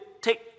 take